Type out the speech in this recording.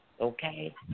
Okay